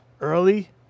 early